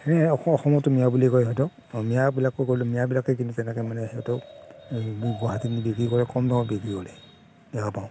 সেয়াই অসমতো মিঞা বুলিয়ে কয় হয়তো মিঞাবিলাককো মিঞাবিলাকে কিন্তু মানে তেনেকৈ সিহঁতক এই গুৱহাটীত নি বিক্ৰী কৰে কম দামত বিক্ৰী কৰে দেখা পাওঁ